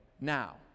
now